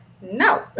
no